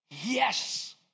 Yes